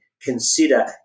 consider